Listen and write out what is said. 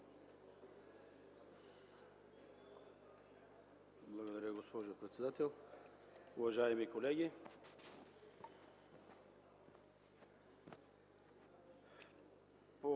Благодаря, госпожо председател. Уважаеми господа,